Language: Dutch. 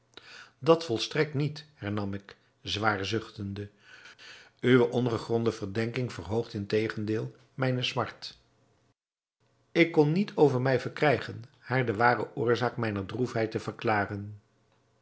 dat volstrekt niet hernam ik zwaar zuchtende uwe ongegronde verdenking verhoogt integendeel mijne smart ik kon niet over mij verkrijgen haar de ware oorzaak mijner droefheid te verklaren